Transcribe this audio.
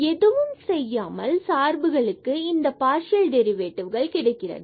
எதுவும் செய்யாமல் சார்புகளுக்கு இந்த பார்சியல் டெரிவேட்டிவ்கள் கிடைக்கிறது